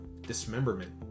dismemberment